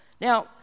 Now